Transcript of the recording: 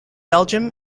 belgium